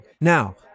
Now